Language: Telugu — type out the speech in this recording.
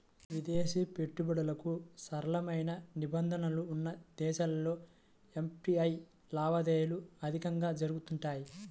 విదేశీ పెట్టుబడులకు సరళమైన నిబంధనలు ఉన్న దేశాల్లో ఎఫ్డీఐ లావాదేవీలు అధికంగా జరుగుతుంటాయి